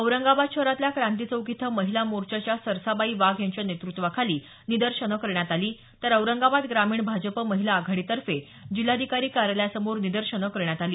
औरंगाबाद शहरातल्या क्रांती चौक इथं महिला मोर्चाच्या सरसाबाई वाघ यांच्या नेतृत्वाखाली निदर्शनं करण्यात आली तर औरंगाबाद ग्रामीण भाजप महिला आघाडीतर्फे जिल्हाधिकारी कार्यालयासमोर निदर्शने करण्यात आली